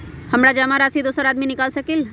हमरा जमा राशि दोसर आदमी निकाल सकील?